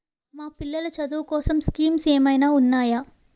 మా పిల్లలు చదువు కోసం స్కీమ్స్ ఏమైనా ఉన్నాయా?